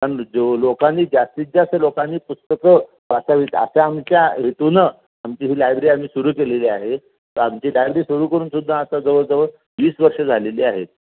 कारण जो लोकांनी जास्तीत जास्त लोकांनी पुस्तकं वाचावीत आशा आमच्या हेतूनं आमची ही लायब्री आम्ही सुरू केलेली आहे तर आमची लायब्री सुरू करून सुद्धा आता जवळजवळ वीस वर्षं झालेली आहेत